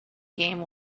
game